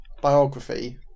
biography